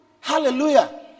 Hallelujah